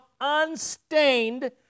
unstained